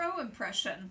impression